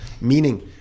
Meaning